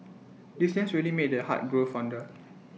distance really made the heart grow fonder